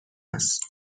است